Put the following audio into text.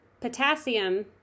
potassium